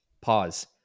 Pause